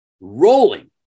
rolling